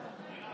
נגד רם